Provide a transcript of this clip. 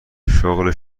شغل